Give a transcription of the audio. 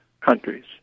countries